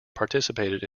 participated